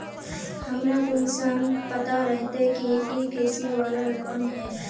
हमरा कुंसम पता रहते की इ कृषि वाला लोन है?